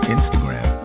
Instagram